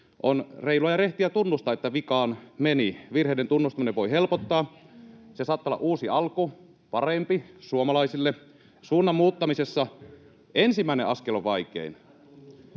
on reilua ja rehtiä tunnustaa, että vikaan meni. Virheiden tunnustaminen voi helpottaa. Se saattaa olla uusi alku, parempi suomalaisille. Suunnan muuttamisessa ensimmäinen askel on vaikein.